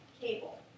cable